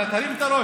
אתה תרים את הראש.